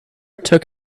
took